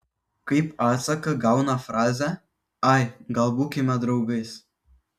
kaip atsaką gauna frazę ai gal būkime draugais